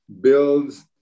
builds